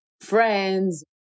friends